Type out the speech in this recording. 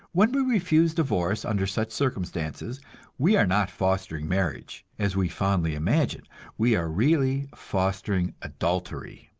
when we refuse divorce under such circumstances we are not fostering marriage, as we fondly imagine we are really fostering adultery.